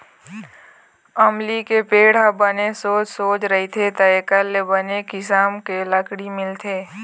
अमली के पेड़ ह बने सोझ सोझ रहिथे त एखर ले बने किसम के लकड़ी मिलथे